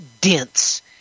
dense